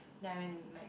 then I went to Mac